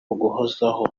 uguhozaho